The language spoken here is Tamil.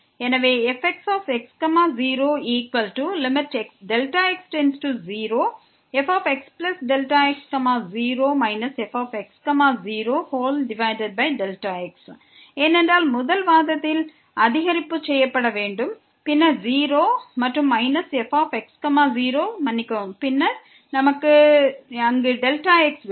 எனவே fxx0Δx→0fxx0 fx0x ஏனென்றால் முதல் வாதத்தில் அதிகரிப்பு செய்யப்பட வேண்டும் பின்னர் 0 மற்றும் மைனஸ் fx 0 மன்னிக்கவும் பின்னர் நமக்கு அங்கு Δx வேண்டும்